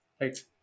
Right